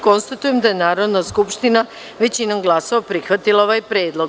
Konstatujem da je Narodna skupština većinom glasova prihvatila ovaj predlog.